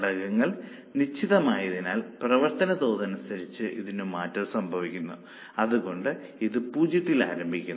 ഘടകങ്ങൾ നിശ്ചിതമായതിനാൽ പ്രവർത്തന തോതനുസരിച്ച് ഇതിനു മാറ്റം സംഭവിക്കുന്നു അതുകൊണ്ട് ഇത് പൂജ്യത്തിൽ ആരംഭിക്കുന്നു